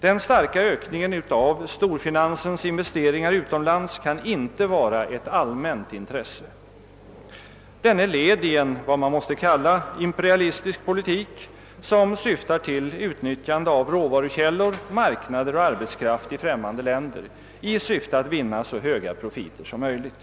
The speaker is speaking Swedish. Den starka ökningen av storfinansens investeringar utomlands kan inte vara ett allmänt intresse. Den är ett led i vad man måste kalla en imperialistisk politik för utnyttjande av råvarukällor, arbetskraft och marknader i främmande länder i syfte att vinna så höga profiter som möjligt.